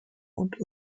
und